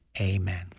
Amen